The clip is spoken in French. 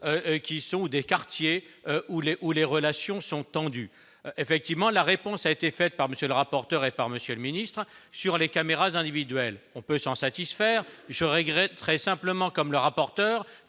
qui sont des quartiers où les où les relations sont tendues, effectivement, la réponse a été fait par monsieur le rapporteur et par monsieur le ministre, sur les caméras individuelles, on peut s'en satisfaire, je regretterais simplement comme le rapporteur,